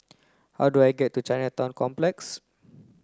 how do I get to Chinatown Complex